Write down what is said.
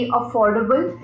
affordable